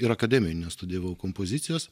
ir akademijoj nestudijavau kompozicijos